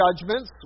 judgments